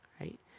right